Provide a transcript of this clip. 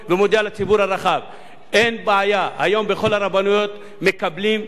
היום בכל הרבנויות מקבלים ורושמים זוגות שעברו הליך גיור.